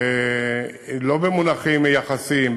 לא במונחים יחסיים.